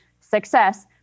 success